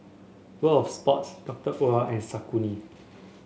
World Of Sports Doctor Oetker and Saucony